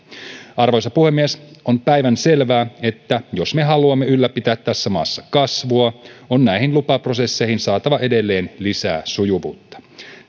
arvoisa puhemies on päivänselvää että jos me haluamme ylläpitää tässä maassa kasvua on näihin lupaprosesseihin saatava edelleen lisää sujuvuutta